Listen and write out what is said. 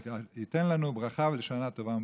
וייתן לנו ברכה לשנה טובה ומתוקה.